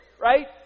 right